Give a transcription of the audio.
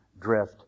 drift